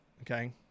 Okay